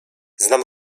znam